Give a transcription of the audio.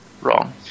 Wrong